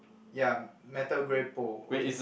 ya metal grey pole okay